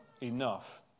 enough